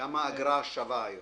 כמה האגרה שווה היום,